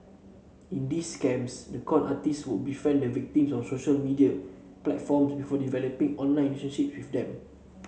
in these scams the con artist would befriend the victims on social media platform before developing online relationship with them